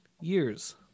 years